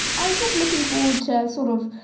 i'm just looking forward to sort of